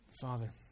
Father